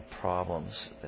problems